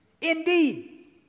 Indeed